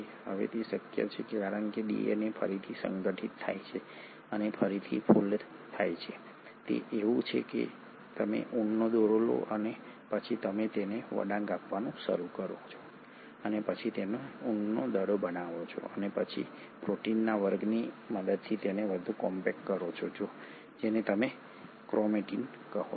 હવે તે શક્ય છે કારણ કે ડીએનએ ફરીથી સંગઠિત થાય છે અને ફરીથી ફોલ્ડ થાય છે તે એવું છે કે તમે ઊનનો દોરો લો છો અને પછી તમે તેને વળાંક આપવાનું શરૂ કરો છો અને પછી તેને ઉનનો દડો બનાવો છો અને પછી પ્રોટીનના વર્ગની મદદથી તેને વધુ કોમ્પેક્ટ કરો છો જેને તમે ક્રોમેટીન કહો છો